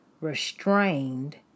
Restrained